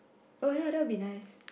oh ya that will be nice